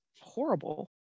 horrible